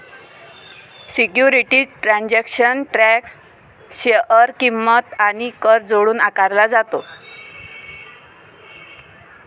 securities transaction tax share किंमत आणि कर जोडून आकारला जातो